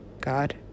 God